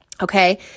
Okay